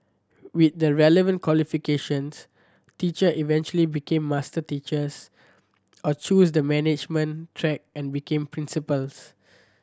with the relevant qualifications teacher eventually become master teachers or choose the management track and become principals